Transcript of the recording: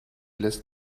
lässt